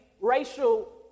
racial